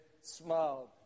smiled